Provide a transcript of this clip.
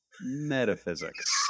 metaphysics